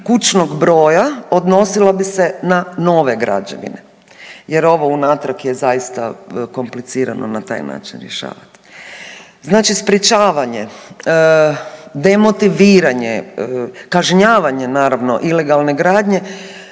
kućnog broja odnosilo bi se na nove građevine jer ovo unatrag je zaista komplicirano na taj način rješavat. Znači sprječavanje, demotiviranje, kažnjavanje naravno ilegalne gradnje,